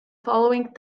following